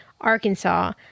Arkansas